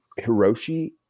Hiroshi